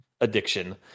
addiction